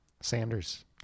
Sanders